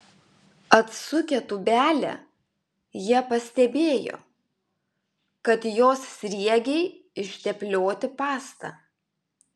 atsukę tūbelę jie pastebėjo kad jos sriegiai išteplioti pasta